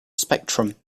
spectrum